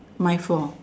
mine four